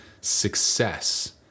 success